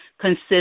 consist